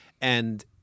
And-